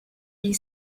you